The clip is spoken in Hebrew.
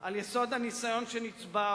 על יסוד הניסיון שנצבר